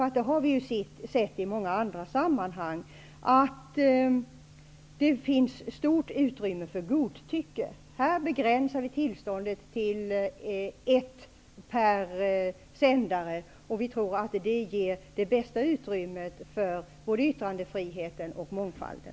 Vi har ju i flera andra sammanhang sett att det finns stort utrymme för godtycke. Här begränsar vi tillståndet till ett per sändare, och vi tror att det ger det bästa utrymmet för både yttrandefriheten och mångfalden.